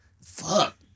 fuck